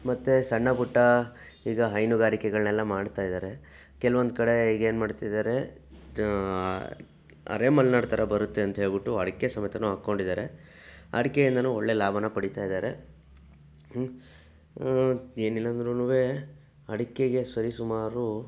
ಮತ್ತೆ ಸಣ್ಣ ಪುಟ್ಟ ಈಗ ಹೈನುಗಾರಿಕೆಗಳನ್ನೆಲ್ಲ ಮಾಡ್ತಾಯಿದ್ದಾರೆ ಕೆಲವೊಂದು ಕಡೆ ಏನು ಮಾಡ್ತಿದ್ದಾರೆ ಅರೆಮಲೆನಾಡು ಥರ ಬರುತ್ತೆ ಅಂತ ಹೇಳ್ಬಿಟ್ಟು ಅಡಿಕೆ ಸಮೇತನೂ ಹಾಕೊಂಡಿದ್ದಾರೆ ಅಡಿಕೆ ಇಂದಲೂ ಒಳ್ಳೆಯ ಲಾಭನ ಪಡಿತಾಯಿದ್ದಾರೆ ಏನಿಲ್ಲ ಅಂದ್ರುನೂ ಅಡಿಕೆಗೆ ಸರಿ ಸುಮಾರು